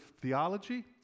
theology